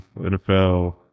NFL